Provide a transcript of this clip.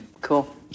Cool